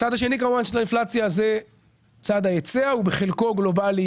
הצד השני של האינפלציה זה צד ההיצע שהוא בחלקו גלובאלי,